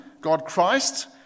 God-Christ